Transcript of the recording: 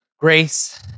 Grace